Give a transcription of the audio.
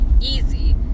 easy